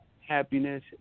happiness